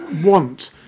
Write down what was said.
want